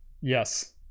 Yes